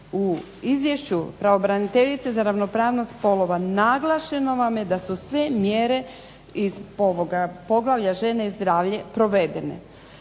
U izvješću pravobraniteljice za ravnopravnost spolova naglašeno vam je da su sve mjere iz poglavlja Žene i zdravlje provedene.